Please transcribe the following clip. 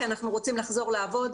כי אנחנו רוצים לחזור לעבוד,